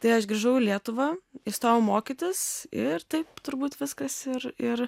tai aš grįžau į lietuvą įstojau mokytis ir tai turbūt viskas ir ir